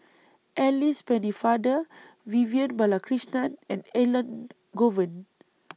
Alice Pennefather Vivian Balakrishnan and Elangovan